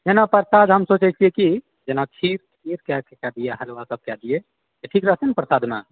न्हिन्हि प्रसाद हम सोचै छिऐ कि जेना खीर कए दिऐ हलुआ सब कए दिऐ ठीक रहतै ने प्रसादमे